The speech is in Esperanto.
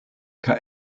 kaj